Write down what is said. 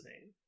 name